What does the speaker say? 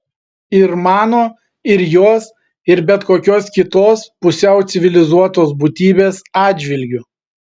ir mano ir jos ir bet kokios kitos pusiau civilizuotos būtybės atžvilgiu